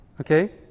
okay